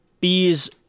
Bees